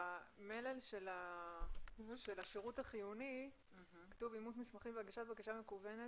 במלל של השירות החיוני כתוב אימות מסמכים והגשת בקשה מקוונת,